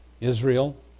Israel